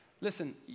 Listen